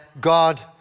God